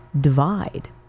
divide